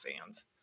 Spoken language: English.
fans